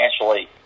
financially